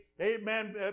amen